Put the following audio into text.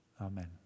Amen